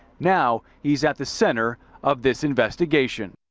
now he's at the center of this investigation.